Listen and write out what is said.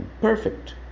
perfect